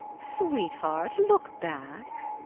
sweet heart, look back.